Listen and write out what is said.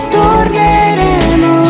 torneremo